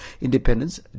independence